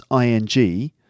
ing